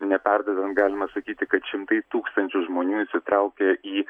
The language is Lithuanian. neperdedant galima sakyti kad šimtai tūkstančių žmonių įsitraukė į